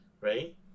Right